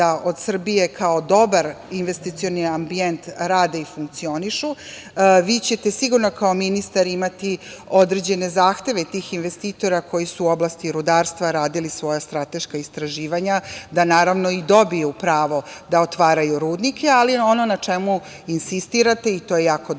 da od Srbije kao dobar investicioni ambijent rade i funkcionišu. Vi ćete sigurno kao ministar imati određene zahteve tih investitora koji su u oblasti rudarstva radili svoja strateška istraživanja da naravno i dobiju pravo da otvaraju rudnike, ali ono na čemu insistirate, i to je jako dobro,